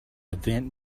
vent